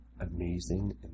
amazing